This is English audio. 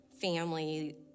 family